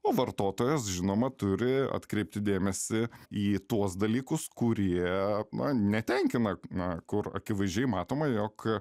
o vartotojas žinoma turi atkreipti dėmesį į tuos dalykus kurie na netenkina na kur akivaizdžiai matoma jog